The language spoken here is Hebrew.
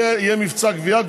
יהיה מבצע גבייה,